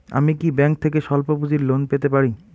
আমি কি ব্যাংক থেকে স্বল্প পুঁজির লোন পেতে পারি?